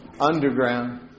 underground